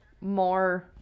more